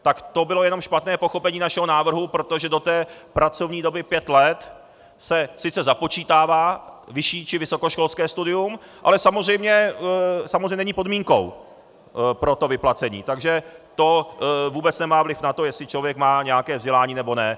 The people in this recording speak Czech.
Tak to bylo jen špatné pochopení našeho návrhu, protože do té pracovní doby pěti let se sice započítává vyšší či vysokoškolské studium, ale samozřejmě není podmínkou pro to vyplacení, takže to vůbec nemá vliv na to, jestli člověk má nějaké vzdělání, nebo ne.